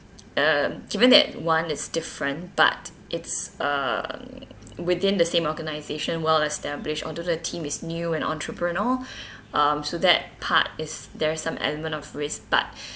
uh given that one is different but it's um within the same organisation well established although the team is new and entrepreneur um so that part is there some element of risk but